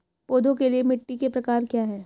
पौधों के लिए मिट्टी के प्रकार क्या हैं?